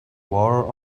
war